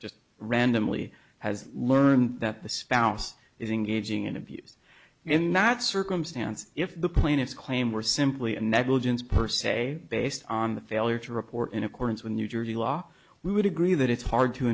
just randomly has learned that the spouse is engaging in abuse in that circumstance if the plaintiff's claim were simply a negligence per se based on the failure to report in accordance with new jersey law we would agree that it's hard to